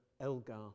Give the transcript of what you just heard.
Elgar